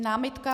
Námitka?